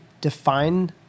define